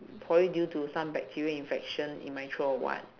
probably due to some bacterial infection in my throat or what